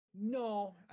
No